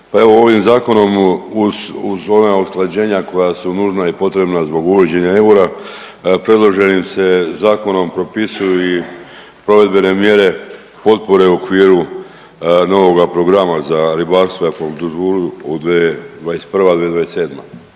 pa evo ovim zakonom uz ona usklađenja koja su nužna i potrebna zbog uvođenja eura predloženim se zakonom propisuju i provedbene mjere potpore u okviru novoga programa za ribarstvo i